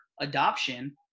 adoption